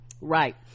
right